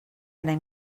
anem